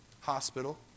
Hospital